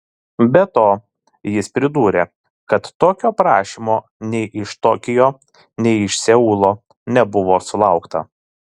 be to jis pridūrė kad tokio prašymo nei iš tokijo nei iš seulo nebuvo sulaukta